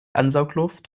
ansaugluft